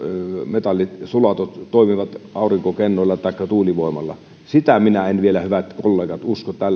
metallisulatot toimivat aurinkokennoilla taikka tuulivoimalla sitä minä en vielä hyvät kollegat usko